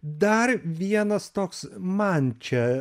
dar vienas toks man čia